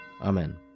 Amen